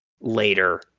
later